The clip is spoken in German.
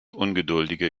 ungeduldige